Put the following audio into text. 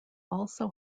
also